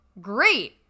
great